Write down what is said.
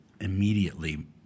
immediately